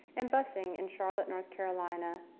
and buses in charlotte, north carolina,